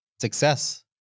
success